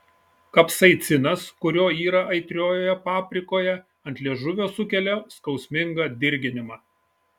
kapsaicinas kurio yra aitriojoje paprikoje ant liežuvio sukelia skausmingą dirginimą